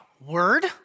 word